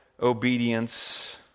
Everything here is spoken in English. obedience